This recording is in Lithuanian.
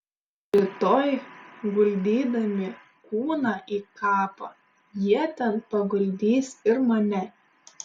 rytoj guldydami kūną į kapą jie ten paguldys ir mane